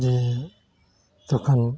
जि दखान